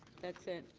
that's it.